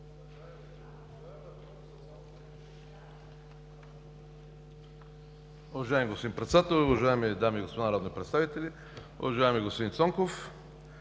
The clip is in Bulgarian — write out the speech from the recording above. Добре